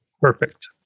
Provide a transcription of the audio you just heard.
Perfect